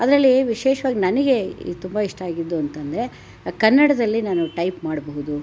ಅದರಲ್ಲಿ ವಿಶೇಷ್ವಾಗಿ ನನಗೆ ತುಂಬ ಇಷ್ಟ ಆಗಿದ್ದು ಅಂತಂದರೆ ಕನ್ನಡದಲ್ಲಿ ನಾನು ಟೈಪ್ ಮಾಡಬಹುದು